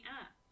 app